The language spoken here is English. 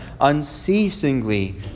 unceasingly